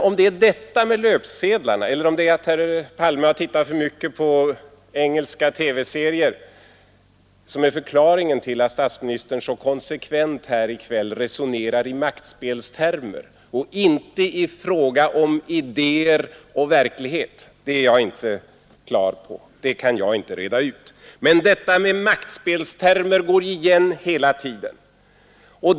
Om det är löpsedlarna som är förklaringen eller det beror på att statsministern tittat för mycket på engelska TV-serier, att statsministern så konsekvent här i kväll resonerar i maktspelstermer och inte om idéer och verklighet, det kan jag inte reda ut. Men detta med maktspelstermer går igen hela tiden.